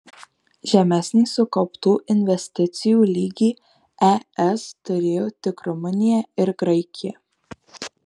žemesnį sukauptų investicijų lygį es turėjo tik rumunija ir graikija